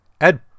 ed